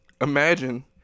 Imagine